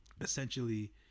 Essentially